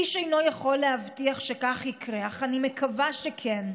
איש אינו יכול להבטיח שכך יקרה, אך אני מקווה שכן.